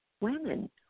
women